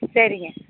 சரிங்க